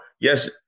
yes